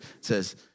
says